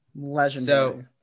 Legendary